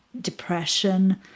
depression